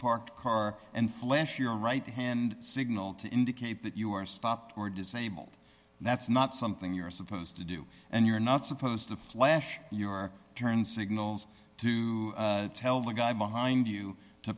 parked car and flinch your right hand signal to indicate that you are stopped or disabled that's not something you're supposed to do and you're not supposed to flash your turn signals to tell the guy behind you to